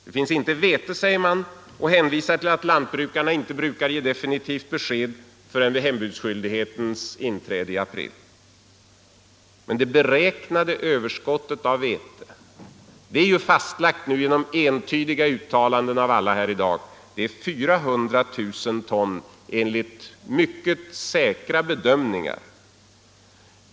Det finns inte vete, säger man, och hänvisar till att lantbrukarna inte brukar ge definitivt besked förrän vid hembudsskyldighetens inträde i april. Men det beräknade överskottet av vete är ju fastlagt nu genom entydiga uttalanden av alla här — det är 400 000 ton, enligt mycket säkra bedömningar.